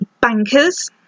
bankers